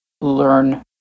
learn